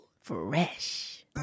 Fresh